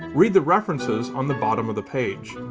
read the references on the bottom of the page.